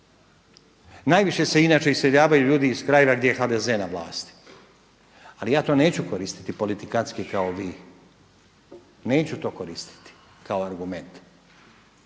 Najviše se inače iseljavaju ljudi iz krajeva gdje je HDZ na vlasti, ali ja to neću koristiti politikantski kao vi, neću to koristiti kao argument